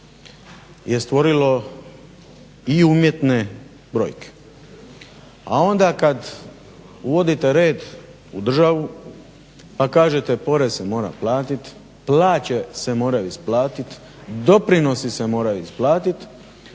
je stvorilo i umjetne brojke. A onda kada uvodite red u državu pa kažete porez se mora platiti, plaće se moraju isplatiti, doprinosi se moraju isplatiti